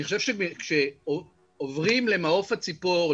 אני חושב שכשעוברים למעוף הציפור,